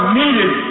needed